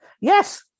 yes